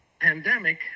pandemic